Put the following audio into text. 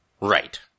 Right